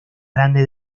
grande